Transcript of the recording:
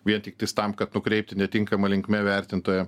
vien tiktais tam kad nukreipti netinkama linkme vertintoją